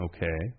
Okay